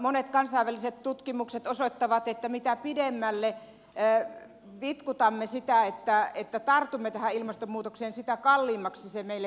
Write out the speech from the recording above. monet kansainväliset tutkimukset osoittavat että mitä pidemmälle vitkutamme sitä että tartumme tähän ilmastonmuutokseen sitä kalliimmaksi se meille tulee